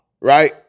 right